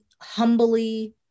humbly